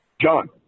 John